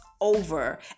over